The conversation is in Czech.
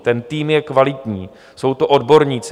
Ten tým je kvalitní, jsou to odborníci.